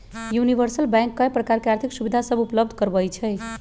universal bank कय प्रकार के आर्थिक सुविधा सभ उपलब्ध करबइ छइ